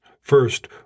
First